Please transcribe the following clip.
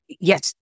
yes